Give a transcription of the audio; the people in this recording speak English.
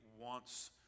wants